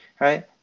right